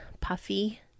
puffy